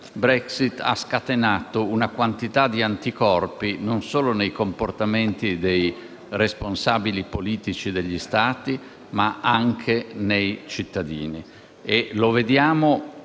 Brexit ha scatenato una quantità di anticorpi, non solo nei comportamenti dei responsabili politici degli Stati, ma anche nei cittadini.